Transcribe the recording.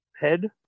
head